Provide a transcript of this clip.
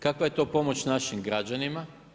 Kakva je to pomoć našim građanima?